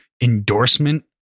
endorsement